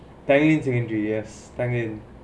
tanglin secondary yes tanglin